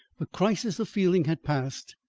the crisis of feeling had passed,